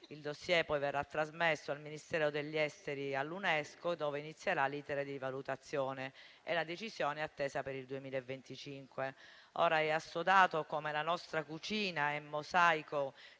Il *dossier* poi verrà trasmesso al Ministero degli affari esteri e all'UNESCO, dove inizierà l'*iter* di valutazione. La decisione è attesa per il 2025. È assodato come la nostra cucina sia mosaico